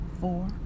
four